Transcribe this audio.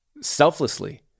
selflessly